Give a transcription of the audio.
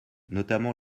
notamment